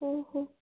ଓ ହୋ